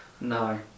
No